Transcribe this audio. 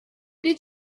did